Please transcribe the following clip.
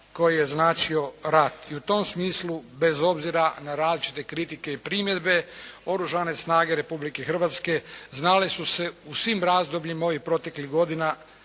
koje je značio rat. I u tom smislu, bez obzira na različite kritike i primjedbe, Oružane snage Republike Hrvatske, znale su se u svim razdobljima ovih proteklih godina,